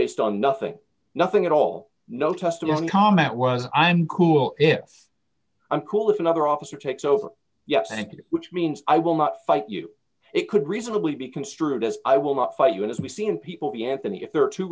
based on nothing nothing at all no test one comment was i'm cool if i'm cool if another officer takes over yet thank you which means i will not fight you it could reasonably be construed as i will not fight you as we've seen people be anthony if there are two